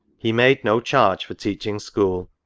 he made no charge for teaching school